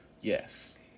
Yes